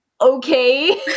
okay